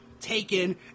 taken